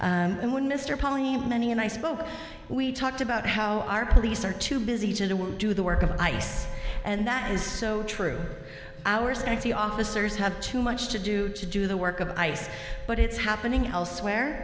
year and when mr polly many and i spoke we talked about how our police are too busy to do the work of ice and that is so true ours and the officers have too much to do to do the work of ice but it's happening elsewhere